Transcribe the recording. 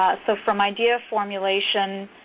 ah so from idea formation,